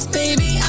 baby